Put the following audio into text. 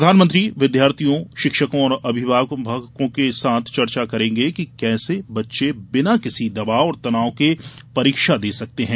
प्रधानमंत्री विद्यार्थियों शिक्षकों और अभिभावकों के साथ चर्चा करेंगे कि कैसे बच्चे बिना किसी दबाव और तनाव के परीक्षा दे सकते हैं